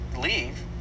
leave